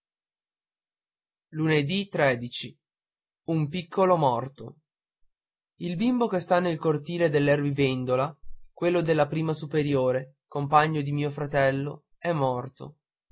lesti un piccolo morto udì l bimbo che sta nel cortile dell'erbivendola quello della prima superiore compagno di mio fratello è morto